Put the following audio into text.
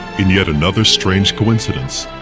in yet another strange coincidence,